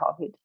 COVID